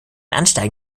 ansteigen